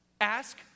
ask